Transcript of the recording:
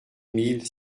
mille